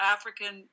African